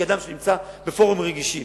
כאדם שנמצא בפורומים רגישים,